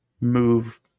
move